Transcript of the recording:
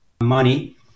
money